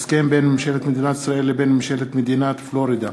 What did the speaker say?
הסכם בין ממשלת מדינת ישראל לבין ממשלת מדינת פלורידה